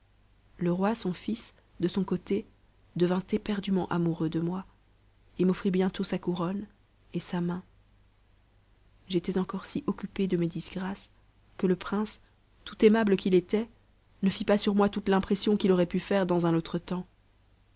le roi son fils de son côté devint éperdument amoureux de moi et m'offrit bientôt sa couronne et sa main j'étais encore si occupée de mes disgrâces que le prince tout aimable qu'il était ne fit pas sur moi toute l'impression qu'it aurait pu faire dans un autre temps